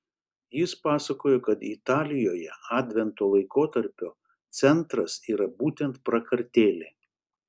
jis pasakoja kad italijoje advento laikotarpio centras yra būtent prakartėlė